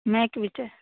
Mac भी चाह